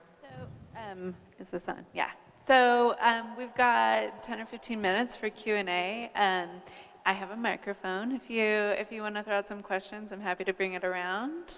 is this on? yeah. so we've got ten or fifteen minutes for q and a. and i have a microphone. if you if you wanna throw out some questions, i'm happy to bring it around.